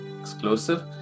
exclusive